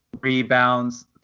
rebounds